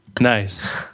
Nice